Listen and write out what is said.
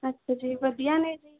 ਅੱਛਾ ਜੀ ਵਧੀਆ ਨੇ ਜੀ